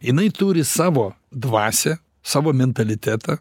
jinai turi savo dvasią savo mentalitetą